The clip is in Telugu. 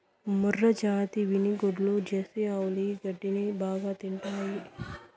మూర్రాజాతి వినుగోడ్లు, జెర్సీ ఆవులు ఈ గడ్డిని బాగా తింటాయి